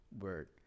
word